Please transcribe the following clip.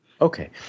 Okay